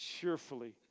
cheerfully